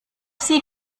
sie